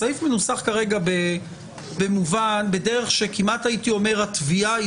הסעיף מנוסח כרגע בדרך שכמעט הייתי אומר התביעה היא